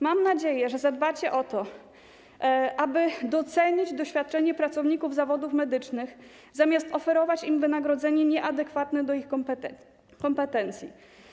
Mam nadzieję, że zadbacie o to, aby docenić doświadczenie pracowników zawodów medycznych, zamiast oferować im wynagrodzenie nieadekwatne do ich kompetencji.